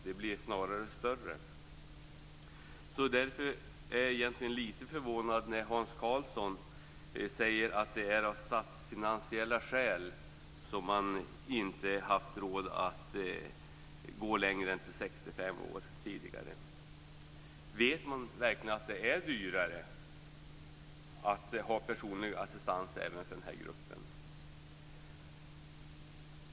De blir snarare större. Därför blir jag litet förvånad när Hans Karlsson säger att det är av statsfinansiella skäl som man inte haft råd att ge assistans längre än till 65 års ålder tidigare. Vet man verkligen att det blir dyrare att ge personlig assistans till den gruppen?